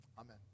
Amen